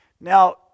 Now